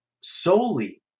solely